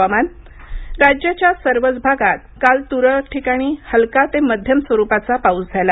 हवामान राज्याच्या सर्वच भागात काल तुरळक ठिकाणी हलका ते मध्यम स्वरुपाचा पाऊस झाला